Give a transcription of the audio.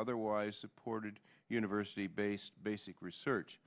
otherwise supported university based basic research